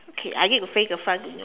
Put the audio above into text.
okay I need to face the front